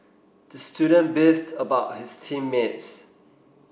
the student beefed about his team mates